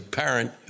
parent